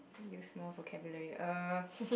use more vocabulary err